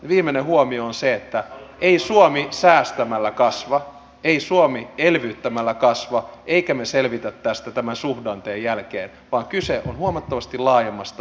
viimeinen huomio on se että ei suomi säästämällä kasva ei suomi elvyttämällä kasva emmekä me selviä tästä tämän suhdanteen jälkeen vaan kyse on huomattavasti laajemmasta rakenteellisesta uudistuksesta